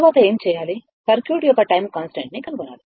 తరువాత ఏమి చేయాలి సర్క్యూట్ యొక్క టైం కాన్స్టెంట్ ని కనుగొనాలి